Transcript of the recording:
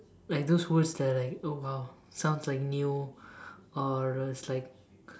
like those words that are like oh !wow! sounds like new or is like